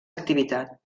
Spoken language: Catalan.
activitat